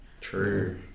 True